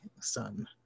son